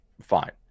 fine